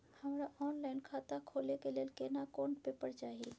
हमरा ऑनलाइन खाता खोले के लेल केना कोन पेपर चाही?